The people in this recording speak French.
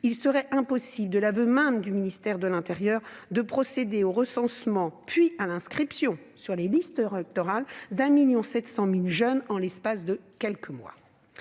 il serait impossible, de l'aveu même du ministère de l'intérieur, de procéder au recensement puis à l'inscription sur les listes électorales de 1,7 million de jeunes en l'espace de quelques mois.